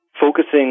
focusing